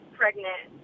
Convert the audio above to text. pregnant